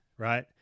right